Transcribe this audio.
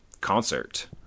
concert